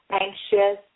anxious